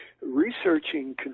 researching